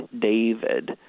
David